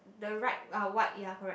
the right uh white ya correct